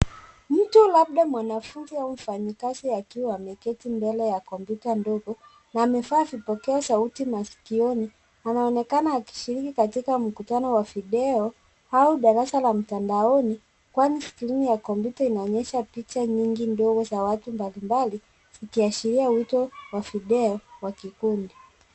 Mtu labda mwanafunzi au mfanyikazi akiwa ameketi mbele ya kompyuta ndogo. Na amevaa vipokea sauti maskioni, anaonekana akishiriki katika mkutano wa video au darasa la mtandoni kwani skrini ya kompyuta ianonyesha picha nyingi ndogo za watu mbalimbali zikiashiria wito wa video wa kikundi.